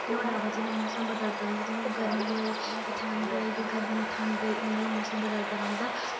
नोह्ड़े वजहा ने मौसम बदल दा रोंह्दा जा फ्ही गरमी होई गरमी ठंड होई इ'यै गै मौसम बदलदा रैह्नदा